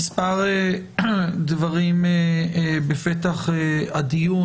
מספר דברים בפתח הדיון.